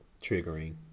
triggering